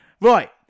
Right